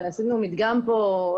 עשינו מדגם פה,